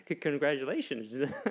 Congratulations